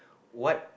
what